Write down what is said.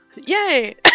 Yay